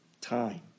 time